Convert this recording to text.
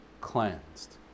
cleansed